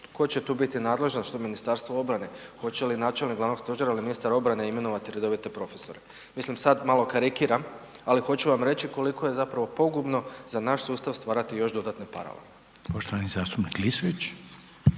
tko će tu biti nadležan, što Ministarstvo obrane, hoće li načelnik glavnog stožera ili ministar obrane imenovati redovite profesore? Mislim sad malo karikiram, ali hoću vam reći koliko je zapravo pogubno za naš sustav stvarati još dodatni paravan. **Reiner,